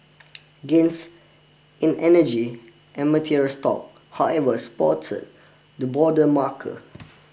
gains in energy and materials stock however spotted the broader marker